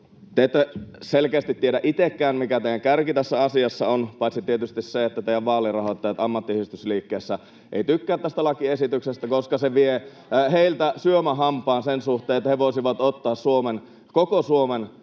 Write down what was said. Te ette selkeästi tiedä itsekään, mikä teidän kärki tässä asiassa on — paitsi tietysti se, että teidän vaalirahoittajanne ammattiyhdistysliikkeessä eivät tykkää tästä lakiesityksestä, koska se vie heiltä syömähampaan sen suhteen, että he voisivat ottaa koko Suomen